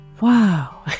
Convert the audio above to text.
Wow